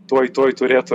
tuoj tuoj turėtų